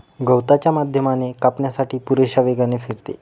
गवताच्या माध्यमाने कापण्यासाठी पुरेशा वेगाने फिरते